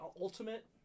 Ultimate